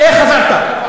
איך חזרת.